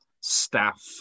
staff